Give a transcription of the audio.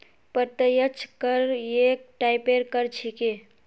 प्रत्यक्ष कर एक टाइपेर कर छिके